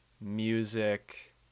music